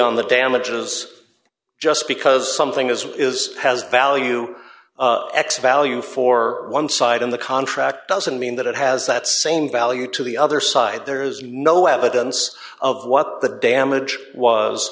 on the damages just because something is is has value x value for one side in the contract doesn't mean that it has that same value to the other side there is no evidence of what the damage was